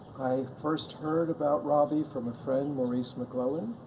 i first heard about robbie from a friend, maurice mcclelland,